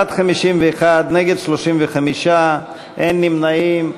בעד, 51, נגד, 35, אין נמנעים.